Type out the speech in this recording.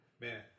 Man